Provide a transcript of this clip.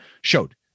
showed